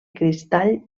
cristall